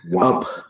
up